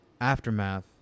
Aftermath